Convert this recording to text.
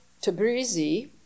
Tabrizi